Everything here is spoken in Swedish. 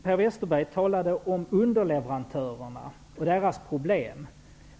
Per Westerberg talade om underleverantörerna och deras problem.